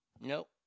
Nope